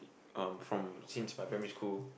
uh from since my primary school